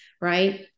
right